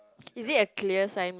is it a clear sign